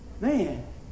Man